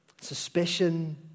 Suspicion